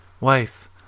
wife